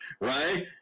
right